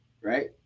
right